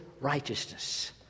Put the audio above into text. righteousness